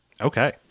Okay